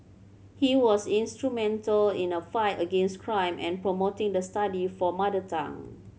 he was instrumental in a fight against crime and promoting the study for a mother tongue